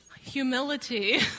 Humility